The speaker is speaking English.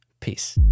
peace